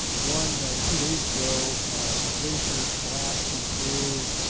one two days ago a glacier collapsed in peru,